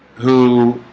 who